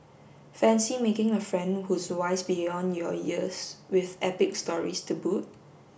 fancy making a friend who's wise beyond your years with epic stories to boot